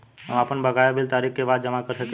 हम आपन बकाया बिल तारीख क बाद जमा कर सकेला?